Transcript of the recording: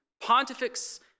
Pontifex